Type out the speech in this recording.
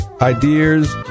ideas